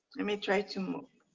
let me try to move